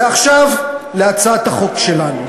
ועכשיו להצעת החוק שלנו.